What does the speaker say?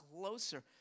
closer